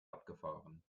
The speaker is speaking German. abgefahren